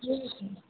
ठीक है